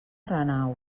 renau